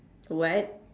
what